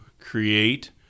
create